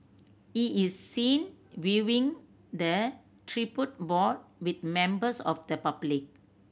he is seen viewing the tribute board with members of the public